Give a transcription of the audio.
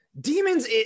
demons